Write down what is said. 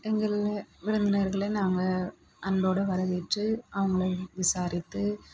எங்கள்ல விருந்தினர்களை நாங்கள் அன்போடு வரவேற்று அவங்களை விசாரித்து